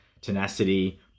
tenacity